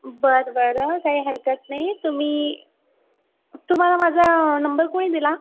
बरं बरं काही हरकत नाही तुम्ही तुम्हाला माझा नंबर कुणी दिला